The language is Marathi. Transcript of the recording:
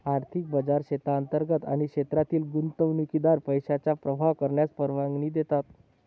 आर्थिक बाजार क्षेत्रांतर्गत आणि क्षेत्रातील गुंतवणुकीद्वारे पैशांचा प्रवाह करण्यास परवानगी देतात